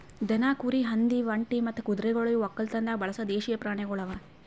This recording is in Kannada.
ದನ, ಕುರಿ, ಹಂದಿ, ಒಂಟಿ ಮತ್ತ ಕುದುರೆಗೊಳ್ ಇವು ಒಕ್ಕಲತನದಾಗ್ ಬಳಸ ದೇಶೀಯ ಪ್ರಾಣಿಗೊಳ್ ಅವಾ